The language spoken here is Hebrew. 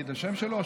להגיד את השם שלו,